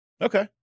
Okay